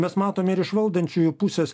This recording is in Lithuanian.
mes matome ir iš valdančiųjų pusės